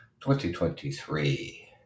2023